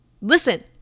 listen